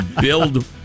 build